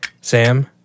Sam